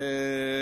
ביום